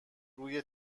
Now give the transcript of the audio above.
روی